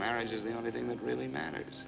marriage is the only thing that really matters